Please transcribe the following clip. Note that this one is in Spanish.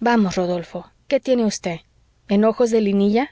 vamos rodolfo qué tiene usted enojos de linilla